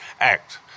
act